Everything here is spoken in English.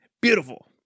Beautiful